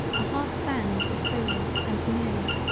a half sand is holey and nearly.